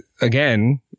again